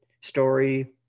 story